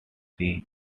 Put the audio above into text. see